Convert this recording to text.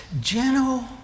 gentle